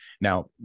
Now